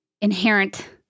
inherent